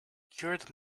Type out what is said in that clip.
cured